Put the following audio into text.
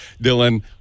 Dylan